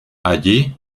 allí